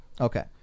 Okay